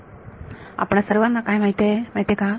विद्यार्थी आपणा सर्वांना हे काय माहीत आहे का